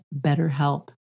BetterHelp